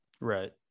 Right